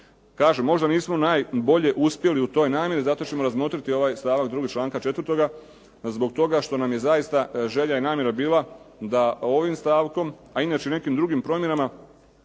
Kažem, možda nismo najbolje uspjeli u toj namjeri. Zato ćemo razmotriti ovaj stavak 2. članka 4. zbog toga što nam je zaista želja i namjera bila da ovim stavkom, a inače nekim drugim promjenama